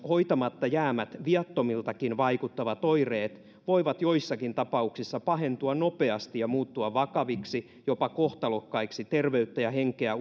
hoitamatta jäävät viattomiltakin vaikuttavat oireet voivat joissakin tapauksissa pahentua nopeasti ja muuttua vakaviksi jopa kohtalokkaiksi terveyttä ja henkeä